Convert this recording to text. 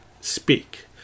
speak